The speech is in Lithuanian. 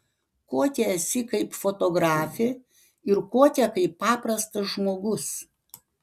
kokia esi kaip fotografė ir kokia kaip paprastas žmogus